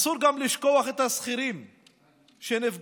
אסור גם לשכוח את השכירים שנפגעים,